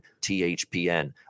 THPN